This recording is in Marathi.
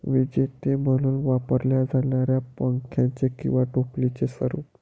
विजेते म्हणून वापरल्या जाणाऱ्या पंख्याचे किंवा टोपलीचे स्वरूप